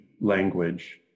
language